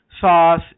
sauce